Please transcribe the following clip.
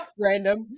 random